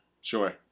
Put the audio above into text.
Sure